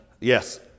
Yes